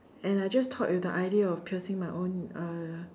and I just thought with the idea of dressing my own uh